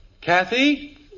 Kathy